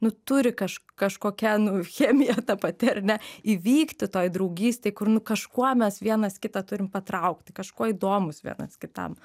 nu turi kaž kažkokia nu chemija ta pati ar ne įvykti toj draugystėj kur nu kažkuo mes vienas kitą turim patraukti kažkuo įdomūs vienas kitam